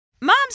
moms